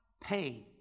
pain